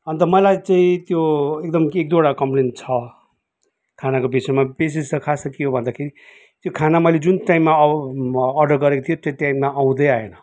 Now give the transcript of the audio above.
अन्त मलाई चाहिँ त्यो एकदम एक दुईवटा कमप्लेन छ खानाको विषयमा विशेष त खास त के हो भन्दाखेरि त्यो खाना मैले जुन टाइममा अर्डर गरेको थिएँ त्यो टाइममा आउँदै आएन